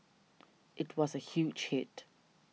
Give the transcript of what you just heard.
it was a huge hit